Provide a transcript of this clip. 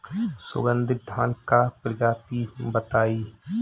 सुगन्धित धान क प्रजाति बताई?